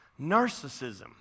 Narcissism